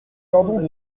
cordons